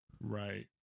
Right